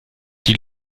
die